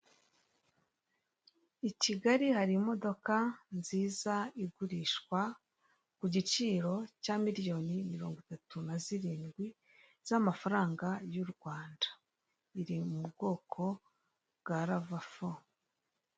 I Kigali hari imodoka nziza igurishwa ku giciro cya miriyoni mirongo itatu na zirindwi z'amafaranga y'urwanda. Iri mu bwoko bwa ravafo.